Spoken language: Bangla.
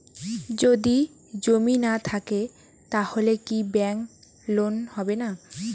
যদি জমি না থাকে তাহলে কি ব্যাংক লোন হবে না?